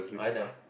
Erna